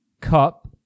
Cup